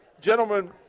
gentlemen